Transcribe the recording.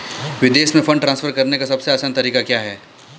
विदेश में fund transfer करने का सबसे आसान तरीका क्या है?